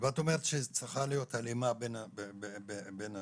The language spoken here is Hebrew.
ואת אומרת שצריכה להיות הלימה בין הנושאים.